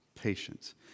patience